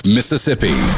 Mississippi